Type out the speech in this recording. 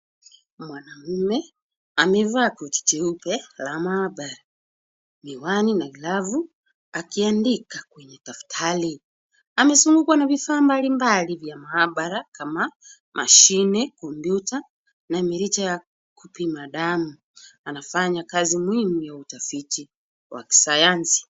Mwanaume amevaa koti jeupe la maabara, miwani na glavu, akiandika kwenye daftari. Amezungukwa na vifaa mbalimbali vya maabara kama mashine, kompyuta na mirija ya kupima damu. Anafanya kazi mingi ya utafiti wa kisayansi.